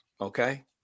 okay